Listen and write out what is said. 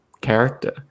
character